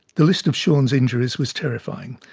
the list of shaun's injuries was terrifying.